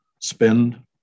spend